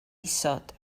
isod